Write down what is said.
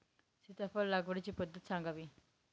सीताफळ लागवडीची पद्धत सांगावी?